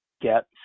get